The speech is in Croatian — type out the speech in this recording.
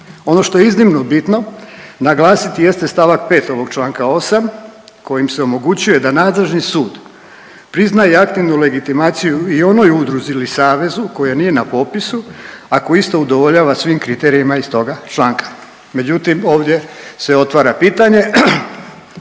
Ono što je iznimno bitno naglasiti jeste st. 5. ovog čl. 8. kojim se omogućuje da nadležni sud prizna i aktivnu legitimaciju i onoj udruzi ili savezu koja nije na popisu ako isto udovoljava svim kriterijima iz toga članka, međutim ovdje se otvara pitanje